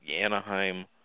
Anaheim